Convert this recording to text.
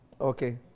Okay